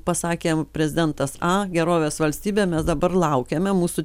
pasakėm prezidentas a gerovės valstybė mes dabar laukiame mūsų